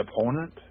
opponent